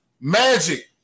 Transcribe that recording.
Magic